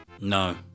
No